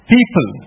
People